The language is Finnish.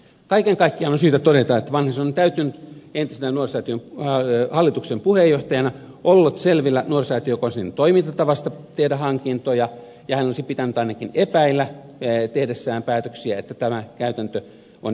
kaiken kaikkiaan on syytä todeta että vanhasen on täytynyt entisenä nuorisosäätiön hallituksen puheenjohtajana olla selvillä nuorisosäätiö konsernin toimintatavasta tehdä hankintoja ja hänen olisi pitänyt ainakin epäillä tehdessään päätöksiä että tämä käytäntö on jatkunut